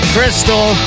Crystal